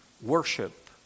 Worship